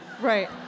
Right